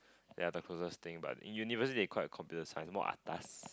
ya the coolest thing about it in university they call in computer science more atas